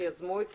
שיזמו את